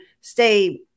stay